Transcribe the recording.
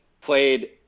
played